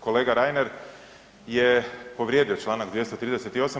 Kolega Reiner je povrijedio članak 238.